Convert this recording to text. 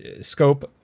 scope